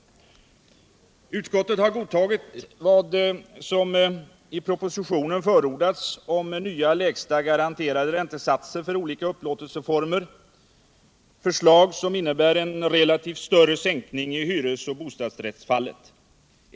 Ovan har utskottet godtagit vad i propositionen förordats om nya lägsta garanterade räntesatser för olika upplåtelseformer — förslag som innebär en relativt större sänkning i hyres och bostadsrättsfallet.